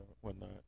whatnot